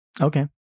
Okay